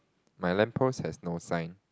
my lamp post has no sign